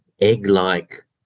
egg-like